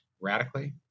radically